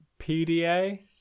PDA